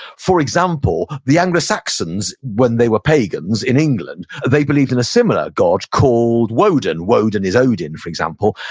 for example, the anglo-saxons, when they were pagans in england, they believed in a similar god called woden. woden is odin, for example,